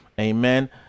Amen